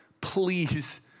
please